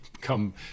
come